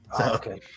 okay